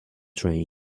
train